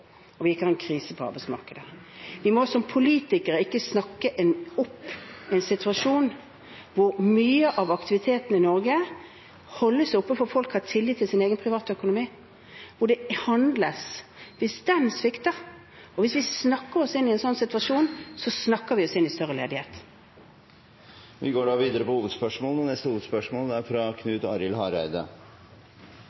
og at vi ikke har en krise på arbeidsmarkedet. Vi må som politikere ikke snakke opp en situasjon hvor mye av aktiviteten i Norge holdes oppe fordi folk har tillit til sin egen privatøkonomi og det handles. Hvis det svikter og vi snakker oss inn i en sånn situasjon, snakker vi oss inn i større ledighet. Vi går videre til neste hovedspørsmål. Det er